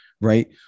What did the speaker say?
Right